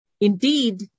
Indeed